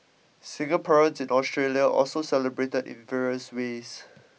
Singaporeans in Australia also celebrated in various ways